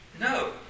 No